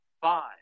five